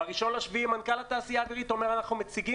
ב-1 ביולי מנכ"ל התעשייה האווירית אומר: אנחנו מציגים